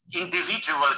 individual